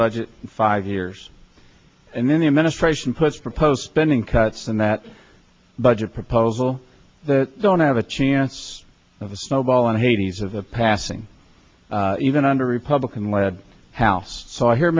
budget five years and then the administration puts proposed spending cuts in that budget proposal that don't have a chance of a snowball in hades of passing even under a republican led house so i hear